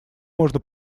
можно